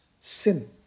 sin